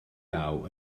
law